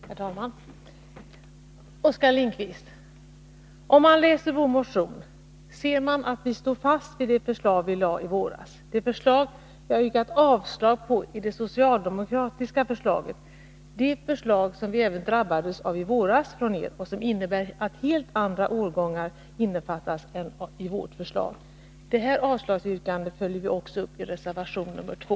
Herr talman! Oskar Lindkvist! Om man läser vår motion ser man att vi står fast vid det förslag vi lade fram i våras. Det förslag vi yrkat avslag på är det socialdemokratiska förslaget — det förslag som vi drabbades av även i våras och som innebär att helt andra årgångar innefattas än i vårt förslag. Detta avslagsyrkande följer vi också upp i reservation nr 2.